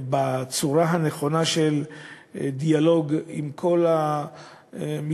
בדיאלוג בצורה נכונה עם כל המגזרים,